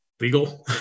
legal